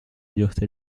dureté